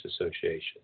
Association